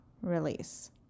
release